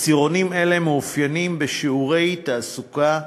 עשירונים אלה מתאפיינים בשיעורי תעסוקה נמוכים,